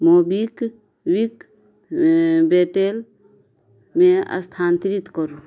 MobiKwik एँ बेटेलमे स्थान्तरित करू